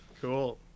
Cool